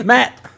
Matt